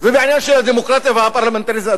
ובעניין הדמוקרטיה והפרלמנטריזם,